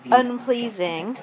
unpleasing